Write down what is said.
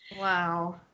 Wow